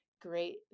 great